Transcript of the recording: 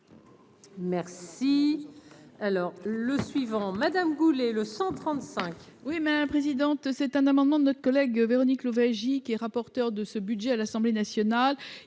Merci, alors le suivant Madame Goulet, le 135. Oui, mais la présidente c'est un amendement de notre collègue, Véronique Louwagie, qui est rapporteur de ce budget à l'Assemblée nationale,